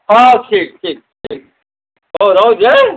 ହଁ ଅଛି ଠିକ୍ ଠିକ୍ ହଉ ରହୁଛି ଆଁ